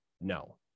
No